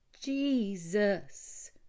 Jesus